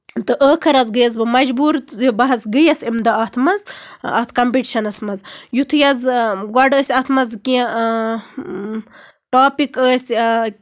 تہٕ ٲخٔر حظ گٔیَس بہٕ مَجبوٗر زِ بہٕ حظ گٔیَس اَمہِ دۄہ اَتھ منٛز اَتھ کَمپِٹِشنس منٛز یِتھُے حظ گۄڈ ٲسۍ اَتھ منٛز کیٚنہہ ٹوپِک ٲسۍ